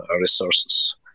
resources